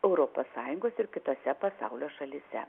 europos sąjungos ir kitose pasaulio šalyse